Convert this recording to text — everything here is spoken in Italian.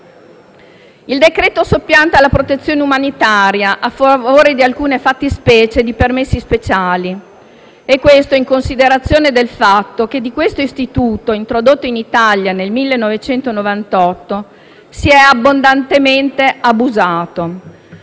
esame soppianta la protezione umanitaria a favore di alcune fattispecie di permessi speciali e questo in considerazione del fatto che di questo istituto, introdotto in Italia nel 1998, si è abbondantemente abusato: